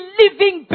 living